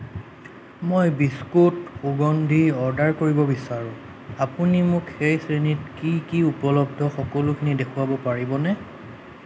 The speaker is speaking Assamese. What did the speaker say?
মই বিস্কুট সুগন্ধি অৰ্ডাৰ কৰিব বিচাৰো আপুনি মোক সেই শ্ৰেণীত কি কি উপলব্ধ সকলোখিনি দেখুৱাব পাৰিবনে